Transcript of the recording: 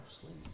sleep